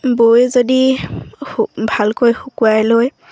বয় যদি ভালকৈ শুকুৱাই লৈ